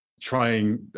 trying